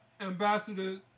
Ambassador